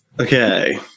Okay